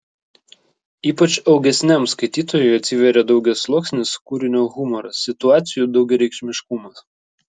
ypač augesniam skaitytojui atsiveria daugiasluoksnis kūrinio humoras situacijų daugiareikšmiškumas